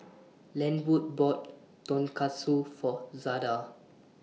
Lenwood bought Tonkatsu For Zada